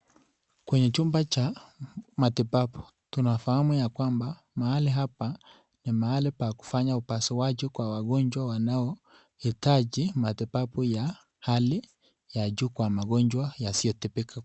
Kwenye chumba cha matibabu tunafahamu ya kwamba mahali hapa ni mahali pa kufanya upasuaji kwa wagonjwa waohitaji matibabu ya hali ya juu kwa magonjwa yasiyotibika.